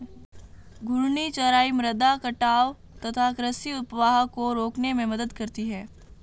घूर्णी चराई मृदा कटाव तथा कृषि अपवाह को रोकने में मदद करती है